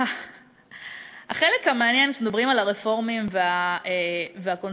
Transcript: החלק המעניין כשמדברים על הרפורמים והקונסרבטיבים